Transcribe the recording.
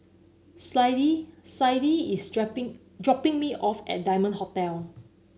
Clydie Clydie is dropping me off at Diamond Hotel